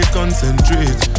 concentrate